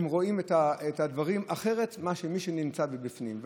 והם רואים את הדברים אחרת ממי שנמצא מבפנים.